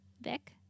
Vic